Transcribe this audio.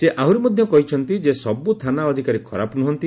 ସେ ଆହୁରି ମଧ୍ଧ କହିଛନ୍ତି ଯେ ସବୁ ଥାନା ଅଧିକାରୀ ଖରାପ ନୁହନ୍ତି